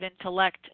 intellect